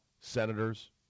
Senators